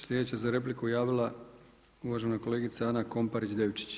Sljedeća se za repliku javila uvažena kolegica Ana Komparić Devčić.